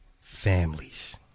families